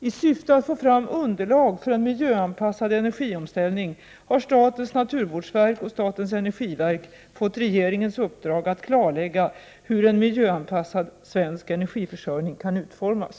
I syfte att få fram underlag för en miljöanpassad energiomställning har statens naturvårdsverk och statens energiverk fått regeringens uppdrag att klarlägga hur en miljöanpassad svensk energiförsörjning kan utformas.